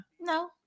No